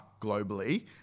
globally